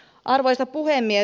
arvoisa puhemies